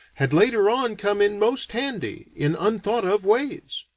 had later on come in most handy, in unthought of ways.